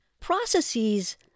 Processes